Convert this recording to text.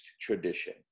tradition